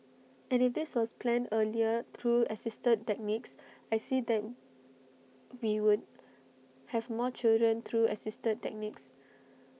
and if this was planned earlier through assisted techniques I see that we would have more children through assisted techniques